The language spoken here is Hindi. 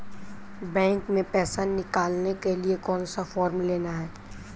बैंक में पैसा निकालने के लिए कौन सा फॉर्म लेना है?